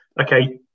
Okay